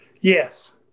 Yes